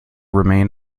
remain